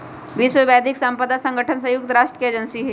विश्व बौद्धिक साम्पदा संगठन संयुक्त राष्ट्र के एजेंसी हई